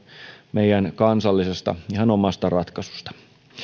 meidän kansallisesta ihan omasta ratkaisusta